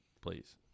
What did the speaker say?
please